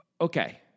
okay